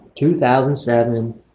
2007